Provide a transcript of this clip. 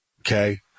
Okay